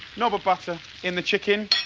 knob of butter in the chicken.